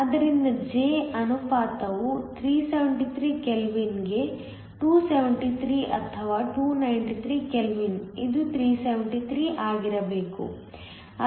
ಆದ್ದರಿಂದ J ಅನುಪಾತವು 373 ಕೆಲ್ವಿನ್ಗೆ 273 ಅಥವಾ 293 ಕೆಲ್ವಿನ್ ಇದು 373 ಆಗಿರಬೇಕು